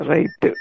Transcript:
Right